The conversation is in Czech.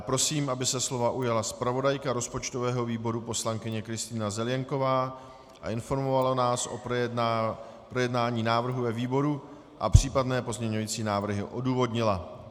Prosím, aby se slova ujala zpravodajka rozpočtového výboru poslankyně Kristýna Zelienková a informovala nás o projednání návrhu ve výboru a případné pozměňovací návrhy odůvodnila.